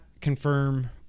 confirm